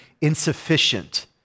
insufficient